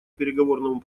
переговорному